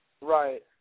Right